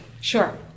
Sure